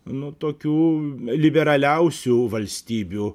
nu tokių liberaliausių valstybių